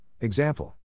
example